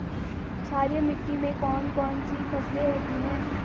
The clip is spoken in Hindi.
क्षारीय मिट्टी में कौन कौन सी फसलें होती हैं?